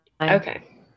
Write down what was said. Okay